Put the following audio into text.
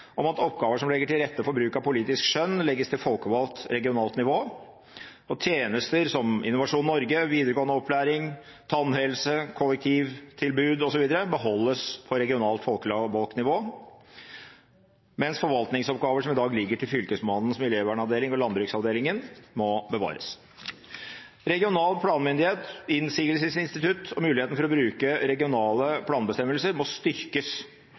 om at oppgaver som legger til rette for bruk av politisk skjønn, legges til folkevalgt regionalt nivå, og tjenester som Innovasjon Norge, videregående opplæring, tannhelse, kollektivtilbud osv. beholdes på regionalt folkevalgt nivå, mens forvaltningsoppgaver som i dag ligger til Fylkesmannens miljøvernavdeling og landbruksavdeling, må bevares. Regional planmyndighet, innsigelsesinstitutt og muligheten til å bruke regionale planbestemmelser må styrkes.